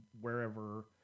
wherever